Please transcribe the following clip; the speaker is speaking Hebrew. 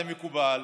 זה מקובל.